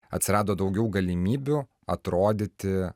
atsirado daugiau galimybių atrodyti